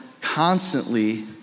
constantly